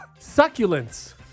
Succulents